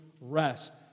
rest